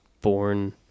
born